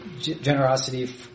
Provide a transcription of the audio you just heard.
generosity